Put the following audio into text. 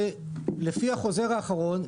שלפי החוזר האחרון,